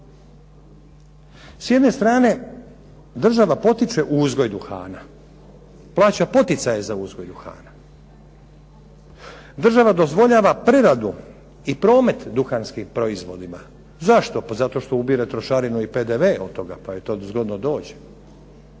S jedne strane država potiče uzgoj duhana, plaća poticaje za uzgoj duhana. Država dozvoljava preradu i promet duhanskim proizvodima. Zašto? Pa zato što ubire trošarinu i PDV od toga pa je to zgodno doći,